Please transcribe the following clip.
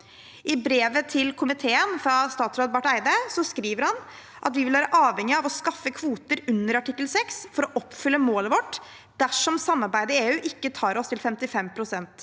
I brevet til komiteen fra statsråd Barth Eide skriver han at vi vil være avhengige av å skaffe kvoter under artikkel 6 for å oppfylle målet vårt dersom samarbeidet i EU ikke tar oss til 55 pst.